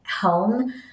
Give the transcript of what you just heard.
home